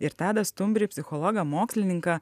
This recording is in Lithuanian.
ir tadą stumbrį psichologą mokslininką